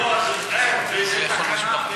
למנוע, באיזו תקנה?